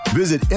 visit